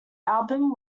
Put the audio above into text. album